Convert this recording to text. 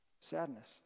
sadness